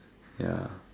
ya